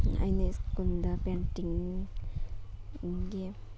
ꯑꯩꯅ ꯁ꯭ꯀꯨꯜꯗ ꯄꯦꯟꯇꯤꯡꯒꯤ